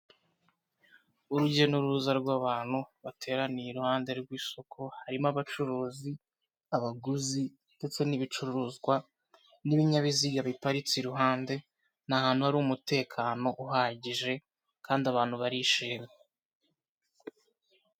Urujya n'uruza rw'abantu bateraniye iruhande rw'isoko harimo abacuruzi, abaguzi ndetse n'ibicuruzwa n'ibinyabiziga biparitse iruhande, ni ahantu hari umutekano uhagije kandi abantu barishimye.